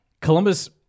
Columbus